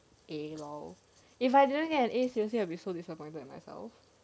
A lor if I didn't get A seriously I'll be so disappointed in myself